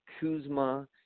Kuzma